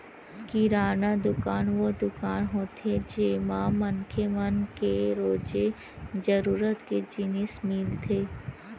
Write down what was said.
किराना दुकान वो दुकान होथे जेमा मनखे मन के रोजे जरूरत के जिनिस मिलथे